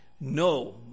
No